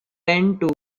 tend